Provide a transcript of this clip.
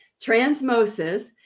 Transmosis